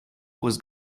was